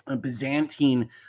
Byzantine